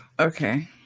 Okay